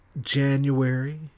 January